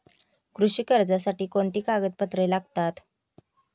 कृषी कर्जासाठी कोणती कागदपत्रे लागतात?